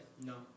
No